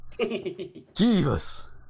Jesus